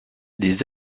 des